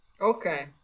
Okay